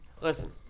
Listen